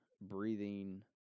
breathing